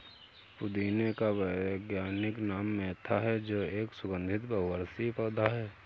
पुदीने का वैज्ञानिक नाम मेंथा है जो एक सुगन्धित बहुवर्षीय पौधा है